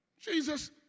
Jesus